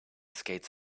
skates